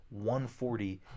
140